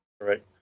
right